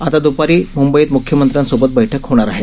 आता द्रपारी मुंबईत मुख्यमंत्र्यांसोबत बैठक होणार आहे